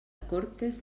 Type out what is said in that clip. cortes